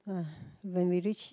when we reach